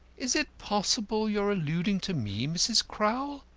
is it possible you are alluding to me, mrs. crowl?